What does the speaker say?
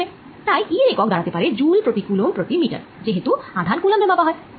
তাই E এর একক দাঁড়াতে পারে জ্যুল প্রতি কুলম্ব প্রতি মিটার যে হেতু আধান কুলম্ব এ মাপা হয়